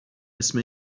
اسم